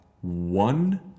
one